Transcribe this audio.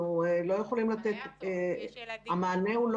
המענה של